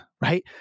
right